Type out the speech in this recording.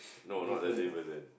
no not the same person